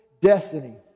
destiny